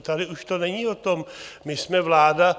Tady už to není o tom, my jsme vláda.